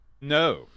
No